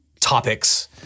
topics